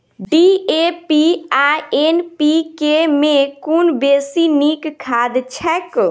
DAP आ NPK मे कुन बेसी नीक खाद छैक?